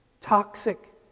toxic